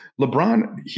LeBron